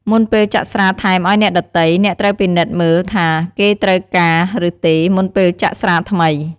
មុនពេលចាក់ស្រាថែមអោយអ្នកដ៏ទៃ អ្នកត្រូវពិនិត្យមើលថាគេត្រូវការឬទេ មុនពេលចាក់ស្រាថ្មី។